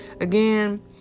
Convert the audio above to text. Again